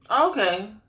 Okay